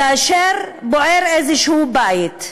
כאשר בוער איזה בית,